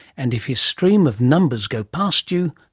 and if his stream of numbers go past you,